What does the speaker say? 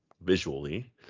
visually